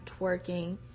twerking